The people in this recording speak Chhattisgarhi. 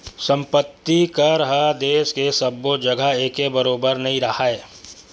संपत्ति कर ह देस के सब्बो जघा एके बरोबर नइ राहय